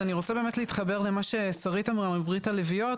אז אני רוצה באמת להתחבר למה ששרית אמרה מ- ברית הלביאות,